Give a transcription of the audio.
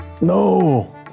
No